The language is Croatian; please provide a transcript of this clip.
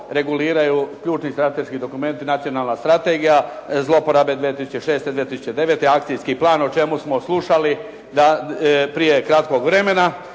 reguliraju ključni strateški dokumenti, Nacionalna strategija zlouporabe iz 2006.-2009., Akcijski plan, o čemu smo slušali prije kratkog vremena,